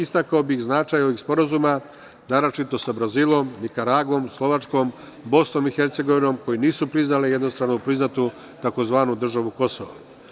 Istakao bih značaj ovih sporazuma naročito sa Brazilom, Nikaragvom, Slovačkom, Bosnom i Hercegovinom koje nisu priznale jednostrano priznatu tzv. državu Kosovo.